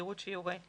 ובתדירות שיורה,